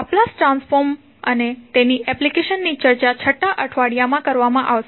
Laplace transform અને તેની application ની ચર્ચા 6મા અઠવાડિયામાં કરવામાં આવશે